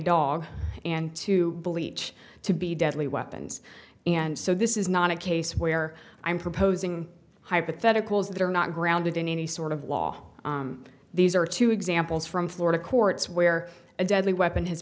dog and to bleach to be deadly weapons and so this is not a case where i'm proposing hypotheticals that are not grounded in any sort of law these are two examples from florida courts where a deadly weapon has